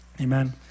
Amen